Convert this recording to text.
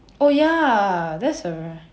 oh ya that's alright